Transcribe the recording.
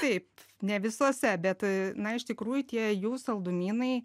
taip ne visuose bet na iš tikrųjų tie jų saldumynai